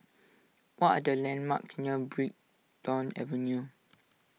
what are the landmarks near Brighton Avenue